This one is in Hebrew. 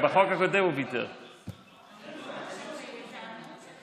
חבר הכנסת